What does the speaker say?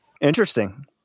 Interesting